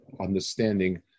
understanding